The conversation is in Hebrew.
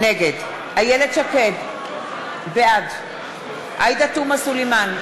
נגד איילת שקד, בעד עאידה תומא סלימאן,